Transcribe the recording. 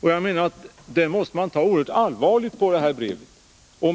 Jag menar att man måste ta oerhört allvarligt på detta brev.